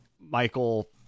Michael